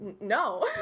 no